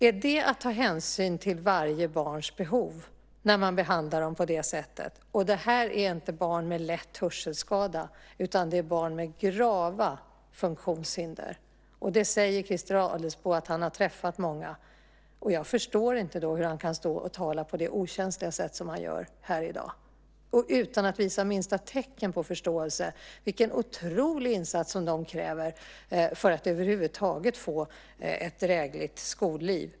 Är det att ta hänsyn till varje barns behov att behandla dem på det sättet? Det handlar inte om barn med lätt hörselskada. Det är barn med grava funktionshinder. Christer Adelsbo säger att han har träffat många. Jag förstår inte hur han då kan stå här i dag och tala på det okänsliga sätt som han gör utan att visa minsta tecken på förståelse för vilken otrolig insats de kräver för att över huvud taget få ett drägligt skolliv.